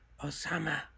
Osama